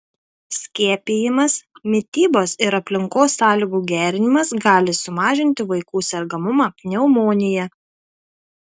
skiepijimas mitybos ir aplinkos sąlygų gerinimas gali sumažinti vaikų sergamumą pneumonija